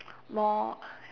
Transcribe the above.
more